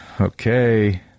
Okay